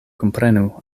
komprenu